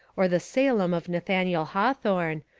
or the salem of nathaniel hawthorne,